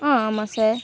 ஆ ஆமா சார்